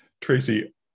tracy